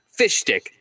Fishstick